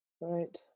right